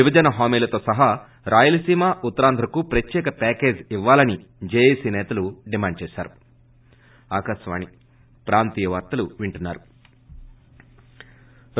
వీభజన హామీలతో సహా రాయలసీమ ఉత్తరాంధ్రకు ప్రత్యేక ప్యాకేజీ ఇవ్వాలని జేఏసీ సేతలు డిమాండ్ చేసారు